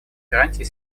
гарантий